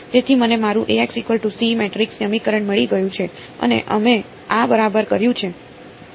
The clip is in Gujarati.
તેથી મને મારું મેટ્રિક્સ સમીકરણ મળી ગયું છે અને અમે આ બરાબર કર્યું છે